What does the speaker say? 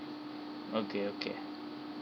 okay okay